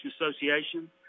Association